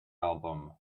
album